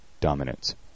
dominance